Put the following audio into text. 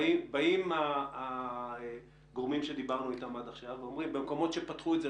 באים הגורמים שדיברנו איתם עד עכשיו ואומרים: במקום שפתחו את זה,